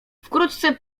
wkrótce